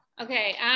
Okay